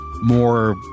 more